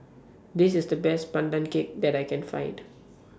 This IS The Best Pandan Cake that I Can Find